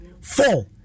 Four